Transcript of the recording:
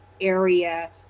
area